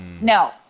no